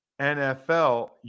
NFL